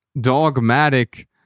dogmatic